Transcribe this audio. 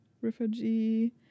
refugee